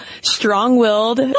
strong-willed